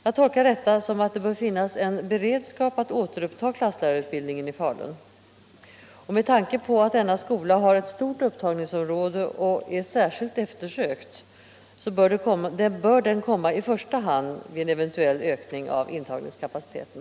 Jag tolkar detta som att det bör finnas en beredskap att återuppta klasslärarutbildningen i Falun. Med tanke på att denna skola har ett stort upptagningsområde och är särskilt eftersökt bör den komma i första hand vid en eventuell ökning av intagningskapaciteten.